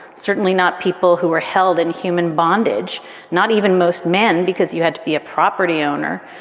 certainly not people who were held in human bondage not even most men, because you had to be a property owner.